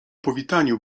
powitaniu